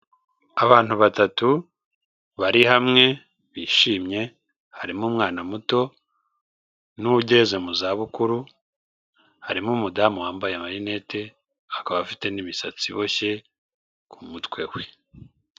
Abantu batatu bari hamwe bishimye harimo umwana muto n'ugeze mu za bukuru, harimo umudamu wambaye amarinete, akaba afite n'imisatsi iboshye ku mutwe we.